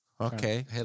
Okay